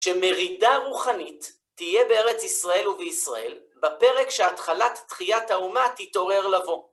שמרידה רוחנית תהיה בארץ ישראל ובישראל, בפרק שהתחלת דחיית האומה תתעורר לבוא.